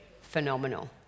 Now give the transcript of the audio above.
phenomenal